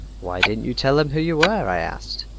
why didn't you tell them who you were i asked